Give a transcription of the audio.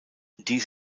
dies